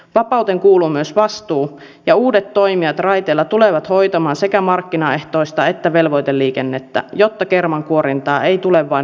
vapauteen kuuluu myös vastuu ja uudet toimijat raiteilla tulevat hoitamaan sekä markkinaehtoista että velvoiteliikennettä jotta kermankuorintaa ei tule vain vilkkaimmille radoille